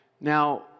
Now